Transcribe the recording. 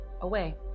Away